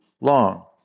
long